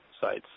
sites